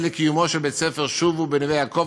לקיומו של בית-ספר "שובו" בנווה-יעקב,